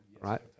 Right